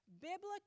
Biblical